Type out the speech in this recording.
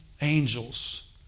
angels